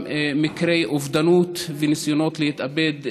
גם מקרי אובדנות וניסיונות להתאבד,